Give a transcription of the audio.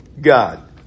God